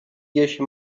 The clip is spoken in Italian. dieci